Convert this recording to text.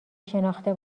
شناخته